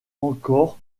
encore